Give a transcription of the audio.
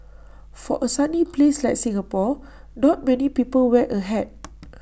for A sunny place like Singapore not many people wear A hat